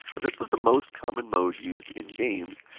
and this was the most common mode used in games.